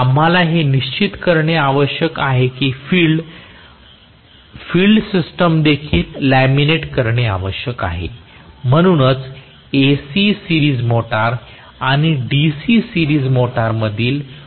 आम्हाला हे निश्चित करणे आवश्यक आहे की फील्ड फील्डसिस्टम देखील लॅमिनेट करणे आवश्यक आहे म्हणूनच AC सिरीज मोटर आणि DC सिरीज मोटरमधील मुख्य फरक